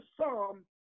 psalm